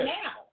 now